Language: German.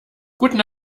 guten